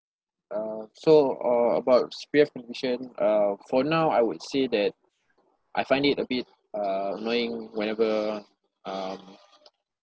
uh so uh about C_P_F contribution uh for now I would say that I find it a bit uh annoying whenever um